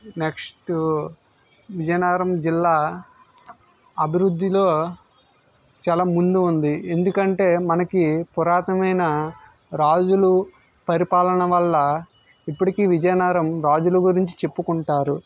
next Vizianagaram జిల్లా అభివృద్ధిలో చాలా ముందు ఉంది ఎందుకంటే మనకి పురాతనమైన రాజులు పరిపాలన వల్ల ఇప్పటికి విజయనగరం రాజుల గురించి చెప్పుకుంటారు